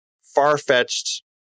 far-fetched